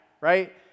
right